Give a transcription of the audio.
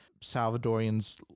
Salvadorians